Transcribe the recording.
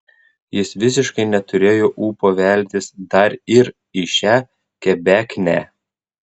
jis visiškai neturėjo ūpo veltis dar ir į šią kebeknę